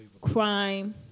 crime